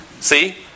See